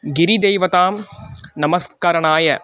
गिरिदैवतां नमस्करणाय